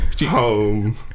Home